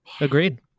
Agreed